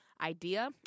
idea